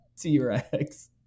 T-Rex